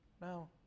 No